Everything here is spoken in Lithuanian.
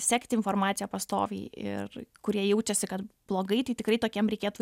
sekti informaciją pastoviai ir kurie jaučiasi kad blogai tai tikrai tokiem reikėtų